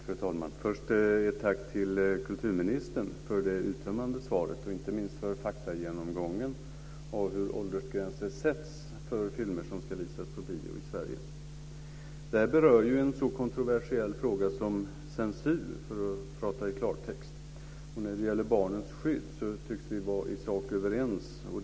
Fru talman! Först ett tack till kulturministern för det uttömmande svaret och inte minst för faktagenomgången av hur åldersgränser sätts för filmer som ska visas på bio i Sverige. Det här berör ju en så kontroversiell fråga som censur, för att tala i klartext. Och när det gäller barnens skydd så tycks vi vara överens i sak.